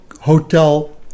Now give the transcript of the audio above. hotel